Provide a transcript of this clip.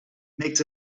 makes